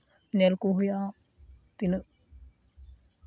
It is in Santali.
ᱧᱮᱞ ᱠᱚ ᱦᱩᱭᱩᱜᱼᱟ ᱛᱤᱱᱟᱹᱜ